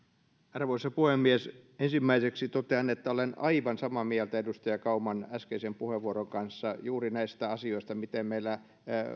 arvoisa puhemies ensimmäiseksi totean että olen aivan samaa mieltä edustaja kauman äskeisen puheenvuoron kanssa juuri näistä asioista miten meillä